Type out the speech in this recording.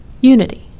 unity